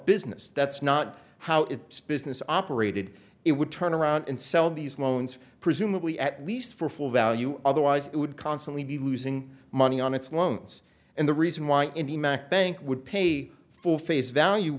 business that's not how it spins operated it would turn around and sell these loans presumably at least for full value otherwise it would constantly be losing money on its loans and the reason why indy mac bank would pay for face value